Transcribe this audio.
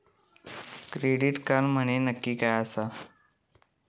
Credit card म्हंजे नक्की काय आसा?